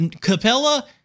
Capella